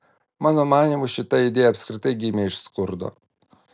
mano manymu šita idėja apskritai gimė iš skurdo